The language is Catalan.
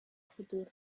futur